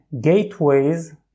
gateways